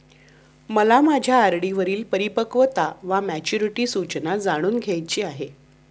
मला माझ्या आर.डी वरील परिपक्वता वा मॅच्युरिटी सूचना जाणून घ्यायची आहे